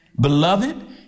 Beloved